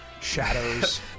shadows